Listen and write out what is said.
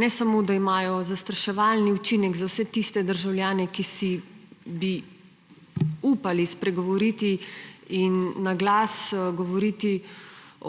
ne samo da imajo zastraševalni učinek za vse tiste državljane, ki bi si upali spregovoriti in na glas govoriti